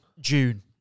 June